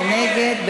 מי נגד?